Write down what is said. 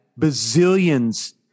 bazillions